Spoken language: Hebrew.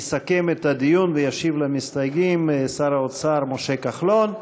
יסכם את הדיון וישיב למסתייגים שר האוצר משה כחלון.